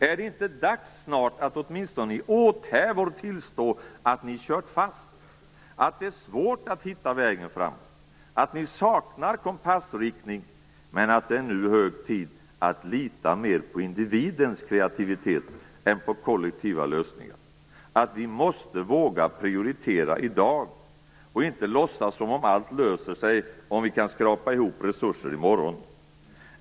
Är det inte dags snart att, åtminstone i åthävor, tillstå att ni kört fast, att det är svårt att hitta vägen framåt, att ni saknar kompassriktning men att det nu är hög tid att lita mer på individens kreativitet än på kollektiva lösningar? Är det inte dags att tillstå att vi måste våga prioritera i dag och inte låtsas som om allt löser sig om vi kan skrapa ihop resurser i morgon?